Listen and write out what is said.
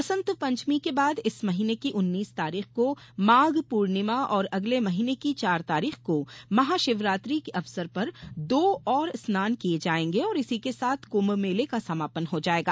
बसंत पंचमी के बाद इस महीने की उन्नीस तारीख को माघ पूर्णिमा और अगले महीने की चार तारीख को महाशिवरात्रि के अवसर पर दो और स्नान किए जाएंगे और इसी के साथ कुम्भ मेले का समापन हो जाएगा